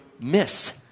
miss